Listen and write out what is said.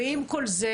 ועם כל זה,